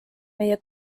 meie